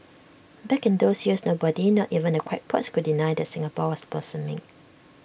back in those years nobody not even the crackpots could deny that Singapore was blossoming